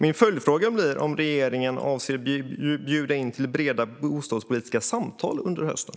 Min följdfråga blir: Avser regeringen att bjuda in till breda bostadspolitiska samtal under hösten?